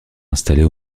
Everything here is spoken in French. installés